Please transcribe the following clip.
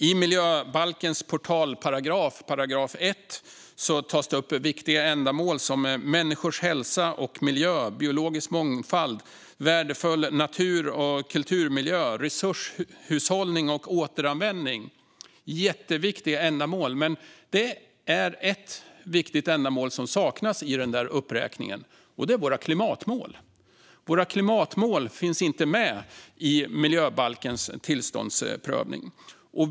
I miljöbalkens portalparagraf, 1 §, tas viktiga ändamål upp, såsom människors hälsa, miljö, biologisk mångfald, värdefull natur och kulturmiljö, resurshushållning och återanvändning. Det är jätteviktiga ändamål, men ett viktigt ändamål saknas i uppräkningen, nämligen klimatmålen. Våra klimatmål finns inte med i miljöbalkens tillståndsprövning.